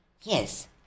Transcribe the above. Yes